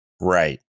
Right